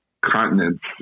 continents